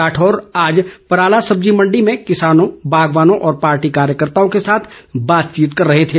राठौर आज पराला सब्जी मंडी में किसानों बागवानों और पार्टी कार्यकर्ताओं के साथ बातचीत कर रहे थे